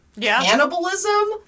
cannibalism